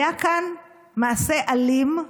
היה כאן מעשה אלים,